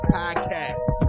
podcast